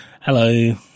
Hello